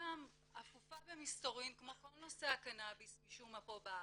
שגם אפופה במסתורין כמו כל נושא הקנאביס משום מה פה בארץ,